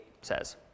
says